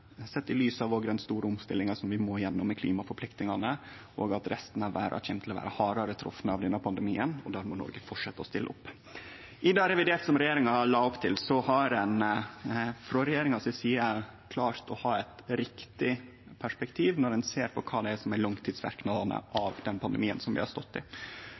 sett i lys av den store omstillinga vi må gjennom med klimaforpliktingane, og at resten av verda kjem til å vere hardare trefte av denne pandemien. Der må Noreg fortsetje å stille opp. I det reviderte som regjeringa la opp til, har ein frå regjeringa si side klart å ha eit riktig perspektiv når ein ser på langtidsverknadane av den pandemien vi har stått i. Det ser ein igjen i løyvingar sånn som